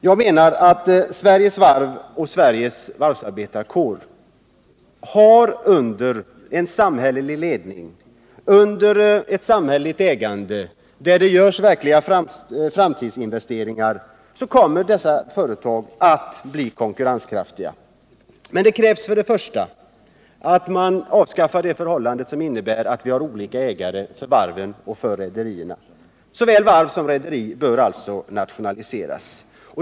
Jag menar att Sveriges varv och den svenska varvsarbetarkåren under samhällelig ledning och samhälleligt ägande, samt om verkliga framtidsinvesteringar görs, kommer att bli konkurrenskraftiga. Men det krävs då först och främst att man avskaffar det förhållande som innebär att man har olika ägare för varven och för rederierna. Såväl varv som rederier bör alltså nationaliseras.